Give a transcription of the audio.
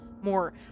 more